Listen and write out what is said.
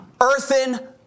Earthen